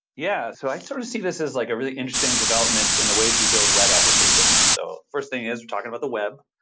yeah. so, i sort of see this as like a really interesting development in the way that you build web applications. so, first thing is we're talking about the web,